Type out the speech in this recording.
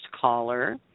caller